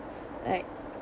like